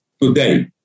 today